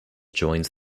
joined